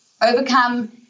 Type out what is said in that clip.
overcome